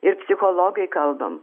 ir psichologai kalbam